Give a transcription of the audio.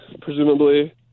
presumably